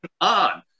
on